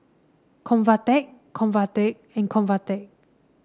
Convatec Convatec and Convatec